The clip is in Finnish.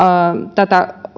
tätä